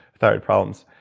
thyroid problems.